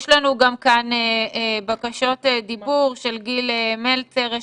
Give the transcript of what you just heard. יש לנו גם בקשות דיבור של גיל מלצר.